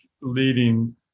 leading